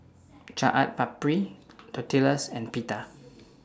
Chaat Papri Tortillas and Pita